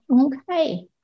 Okay